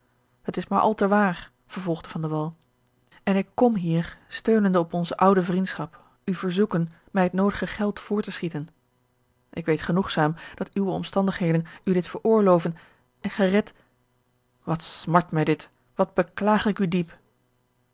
het is maar al te waar vervolgde van de wall en ik kom hier steunende op onze oude vriendschap u verzoeken mij het noodige geld voor te schieten ik weet genoegzaam dat uwe omstandigheden u dit veroorloven en gij redt wat smart mij dit wat beklaag ik u diep